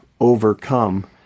overcome